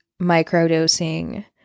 microdosing